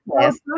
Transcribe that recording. Yes